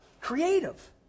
Creative